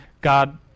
God